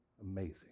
Amazing